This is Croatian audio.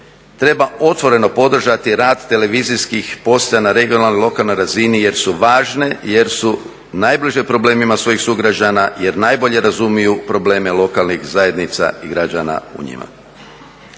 Treba otvoreno podržati rad televizijskih postaja na regionalnoj i lokalnoj razini jer su važne, jer su najbliže problemima svojih sugrađana, jer najbolje razumiju probleme lokalnih zajednica i građana u njima.